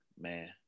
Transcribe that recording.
man